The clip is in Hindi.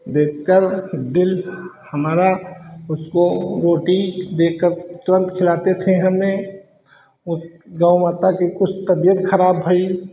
देखकर दिल हमारा उसको रोटी देकर तुंरत खिलाते थे हमें और गौ माता की कुछ तबियत खराब भई